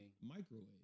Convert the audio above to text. Microwave